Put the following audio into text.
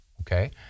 okay